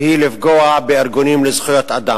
היא לפגוע בארגונים לזכויות אדם,